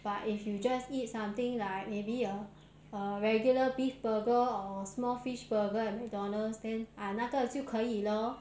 but if you just eat something like maybe a a regular beef burger or small fish burger at McDonald's then ah 那个就可以咯